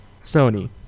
Sony